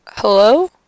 Hello